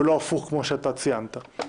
ולא להיפך כפי שאתה ציינת.